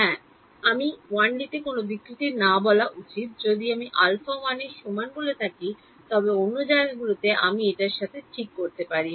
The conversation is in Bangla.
হ্যাঁ আমি 1 ডিতে কোনও বিকৃতি না বলা উচিত যদি আমি আলফা 1 এর সমান বলে থাকি তবে অন্য জায়গাগুলিতে আমি এটির সাথে ঠিক থাকতে পারি